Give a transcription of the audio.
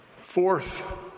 Fourth